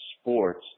sports